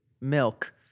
milk